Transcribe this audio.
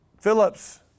Phillips